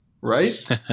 Right